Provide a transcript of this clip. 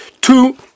two